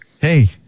hey